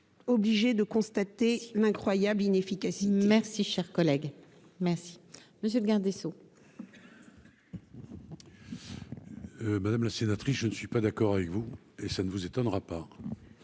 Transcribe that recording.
obligés de constater l'incroyable inefficace. Et si merci, cher collègue, merci monsieur le garde des Sceaux. Madame la sénatrice, je ne suis pas d'accord avec vous et ça ne vous étonnera pas,